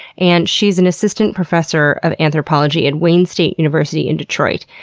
and she's an assistant professor of anthropology at wayne state university in detroit.